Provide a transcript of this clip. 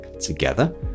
together